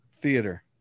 Theater